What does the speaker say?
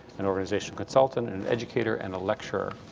an organizational consultant, an educator, and a lecturer.